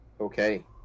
Okay